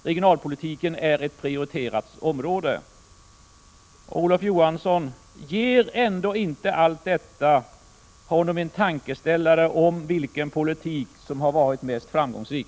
Regionalpolitiken är faktiskt ett prioriterat område. Ger inte allt detta Olof Johansson en tankeställare om vilken politik som har varit mest framgångsrik?